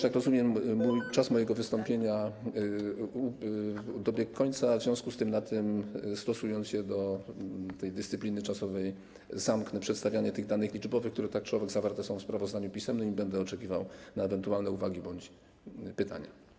Jak rozumiem, czas mojego wystąpienia dobiegł końca, w związku z tym, stosując się do tej dyscypliny czasowej, na tym zakończę przedstawianie danych liczbowych, które tak czy owak zawarte są w sprawozdaniu pisemnym, i będę oczekiwał na ewentualne uwagi bądź pytania.